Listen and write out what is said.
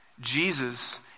Jesus